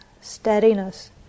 steadiness